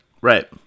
right